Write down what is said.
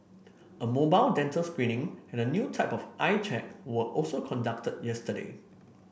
a mobile dental screening and a new type of eye check were also conduct yesterday